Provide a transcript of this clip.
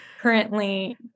Currently